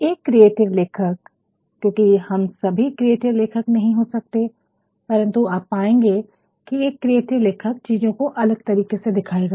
एक क्रिएटिव लेखक क्योंकि हम सभी क्रिएटिव लेखक नहीं हो सकते हैं परंतु आप पाएंगे की एक क्रिएटिव लेखक चीजों को अलग तरीके से दिखाएगा